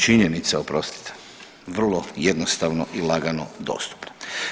Činjenica, oprostite, vrlo jednostavno i lagano dostupna.